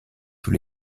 tous